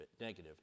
negative